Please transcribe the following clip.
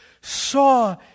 saw